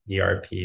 ERP